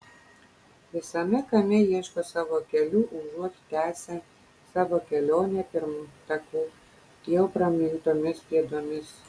visame kame ieško savo kelių užuot tęsę savo kelionę pirmtakų jau pramintomis pėdomis